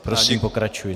Prosím, pokračujte.